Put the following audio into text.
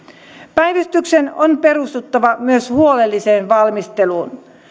päivystyksen on perustuttava myös huolelliseen valmisteluun